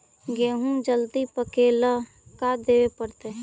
गेहूं जल्दी पके ल का देबे पड़तै?